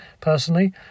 Personally